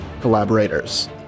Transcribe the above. collaborators